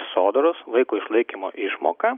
sodros vaiko išlaikymo išmoką